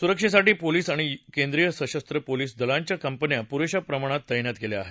सुरक्षेसाठी पोलिस आणि केंद्रीय सशस्त्र पोलिस दलाच्या कंपन्या पुरेशा प्रमाणात तैनात केल्या आहेत